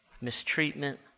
mistreatment